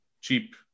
Cheap